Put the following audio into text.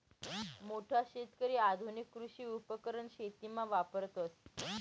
मोठा शेतकरी आधुनिक कृषी उपकरण शेतीमा वापरतस